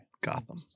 Gotham